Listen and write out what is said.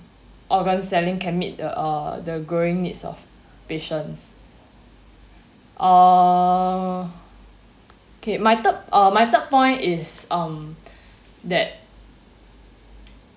organ selling can meet the uh the growing needs of patients err okay my third uh my third point is um that